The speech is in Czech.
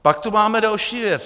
Pak tu máme další věc.